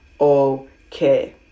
okay